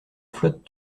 flotte